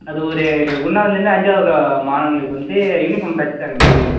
அது ஒரு ஒன்னாவதுலேருந்து அஞ்சாவது உள்ள மாணவர்களுக்கு வந்து யூனிஃபார்ம் தைச்சி தரமாரி